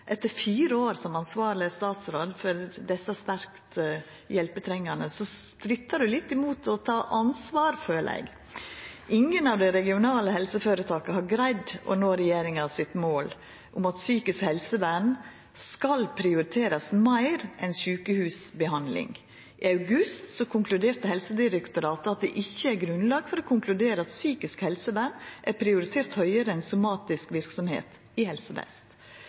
Etter fire år som ansvarleg statsråd for desse sterkt hjelpetrengande strittar statsråden litt imot å ta ansvar, føler eg. Ingen av dei regionale helseføretaka har greidd å nå regjeringas mål om at psykisk helsevern skal prioriterast høgre enn sjukehusbehandling. I august konkluderte Helsedirektoratet med at det ikkje er grunnlag for å konkludera at psykisk helsevern er prioritert høgre enn somatisk verksemd i